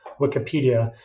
wikipedia